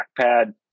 trackpad